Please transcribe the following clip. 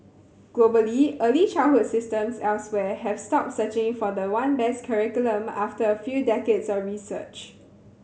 globally early childhood systems elsewhere have stopped searching for the one best curriculum after a few decades of research